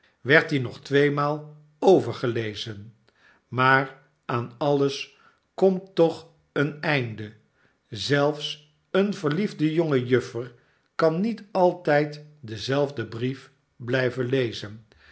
werd die nog tweemaal overgelezen maar aan alles komt toch een einde zelfs eene verliefde jonge juffer kan niet altijd denzelfden brief blijven lezen